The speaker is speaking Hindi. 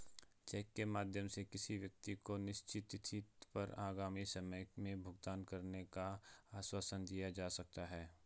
चेक के माध्यम से किसी व्यक्ति को निश्चित तिथि पर आगामी समय में भुगतान करने का आश्वासन दिया जा सकता है